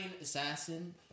Assassin